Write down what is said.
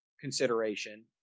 consideration